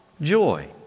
joy